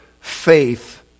faith